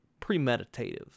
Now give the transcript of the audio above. premeditative